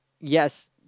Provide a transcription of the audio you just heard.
yes